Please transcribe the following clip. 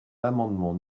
l’amendement